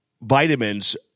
vitamins